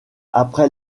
après